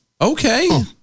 Okay